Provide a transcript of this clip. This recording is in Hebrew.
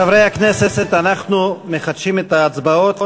חברי הכנסת אנחנו מחדשים את ההצבעות.